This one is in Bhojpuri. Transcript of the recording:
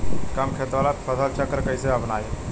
कम खेत वाला फसल चक्र कइसे अपनाइल?